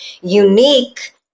unique